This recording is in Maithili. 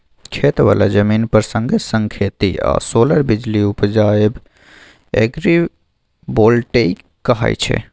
खेत बला जमीन पर संगे संग खेती आ सोलर बिजली उपजाएब एग्रीबोल्टेइक कहाय छै